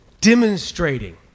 demonstrating